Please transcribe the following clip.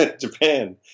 Japan